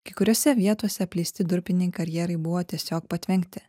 kai kuriose vietose apleisti durpiniai karjerai buvo tiesiog patvenkti